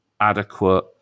adequate